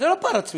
זה לא פרץ משם.